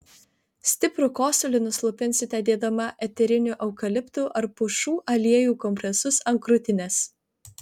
stiprų kosulį nuslopinsite dėdama eterinių eukaliptų ar pušų aliejų kompresus ant krūtinės